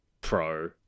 pro